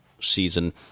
season